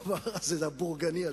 תוריד את הדבר הבורגני הזה.